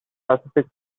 pacific